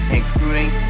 including